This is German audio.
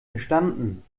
verstanden